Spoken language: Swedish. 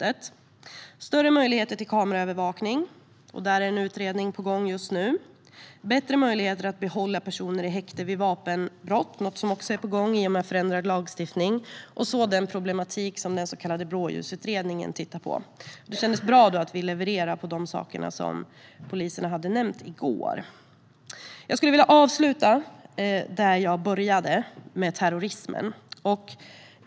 Det handlade om större möjligheter till kameraövervakning - där är en utredning på gång just nu - och bättre möjligheter att behålla personer i häkte vid vapenbrott, något som också är på gång i och med förändrad lagstiftning, samt den problematik som den så kallade blåljusutredningen tittar på. Det kändes bra att vi levererade på de punkter som polisen nämnde i går. Jag skulle vilja avsluta där jag började - med terrorismen.